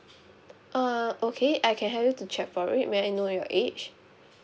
uh okay I can help you to check for it may I know your age